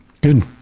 good